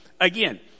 again